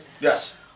Yes